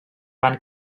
van